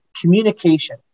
communication